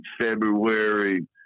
February